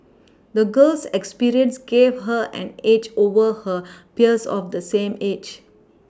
the girl's experiences gave her an edge over her peers of the same age